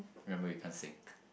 remember you can't sing